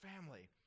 family